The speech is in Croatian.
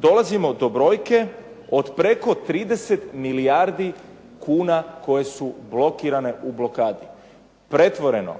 dolazimo do brojke od preko 30 milijardi kuna koje su blokirane u blokadi. Pretvoreno